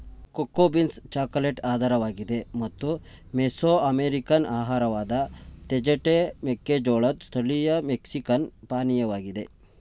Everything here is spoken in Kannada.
ಕೋಕೋ ಬೀನ್ಸ್ ಚಾಕೊಲೇಟ್ ಆಧಾರವಾಗಿದೆ ಮತ್ತು ಮೆಸೊಅಮೆರಿಕನ್ ಆಹಾರವಾದ ತೇಜಟೆ ಮೆಕ್ಕೆಜೋಳದ್ ಸ್ಥಳೀಯ ಮೆಕ್ಸಿಕನ್ ಪಾನೀಯವಾಗಿದೆ